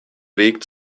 weg